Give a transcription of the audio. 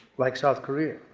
like south korea?